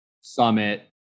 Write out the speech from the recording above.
summit